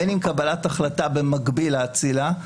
בין אם קבלת החלטה במקביל לאצילה,